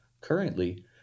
currently